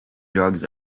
drugs